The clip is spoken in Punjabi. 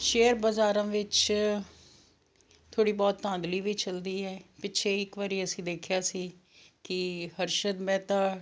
ਸ਼ੇਅਰ ਬਜ਼ਾਰਾਂ ਵਿੱਚ ਥੋੜ੍ਹੀ ਬਹੁਤ ਧਾਂਦਲੀ ਵੀ ਚੱਲਦੀ ਹੈ ਪਿੱਛੇ ਇੱਕ ਵਾਰੀ ਅਸੀਂ ਦੇਖਿਆ ਸੀ ਕਿ ਹਰਸ਼ਿਤ ਮਹਿਤਾ